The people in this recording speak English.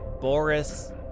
Boris